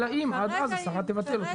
אלא אם עד אז השרה תבטל אותה.